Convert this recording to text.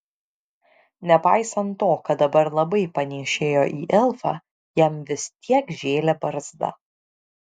nepaisant to kad dabar labai panėšėjo į elfą jam vis tiek žėlė barzda